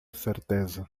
certeza